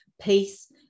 peace